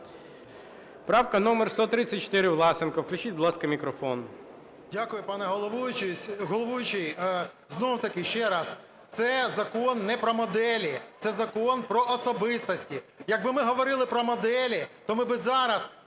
Дякую, пане головуючий. Знов-таки ще раз, це закон не про моделі, це закон про особистості. Якби ми говорили про моделі, то ми би зараз